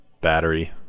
battery